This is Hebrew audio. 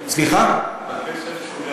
הכסף שוריין.